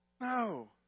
No